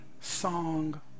Song